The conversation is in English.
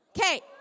Okay